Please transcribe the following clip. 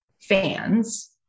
fans